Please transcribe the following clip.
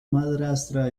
madrastra